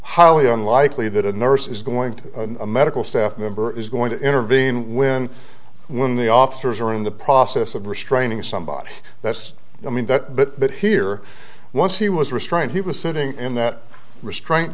highly unlikely that a nurse is going to a medical staff member is going to intervene when when the officers are in the process of restraining somebody that's i mean that here once he was restrained he was sitting in that restraint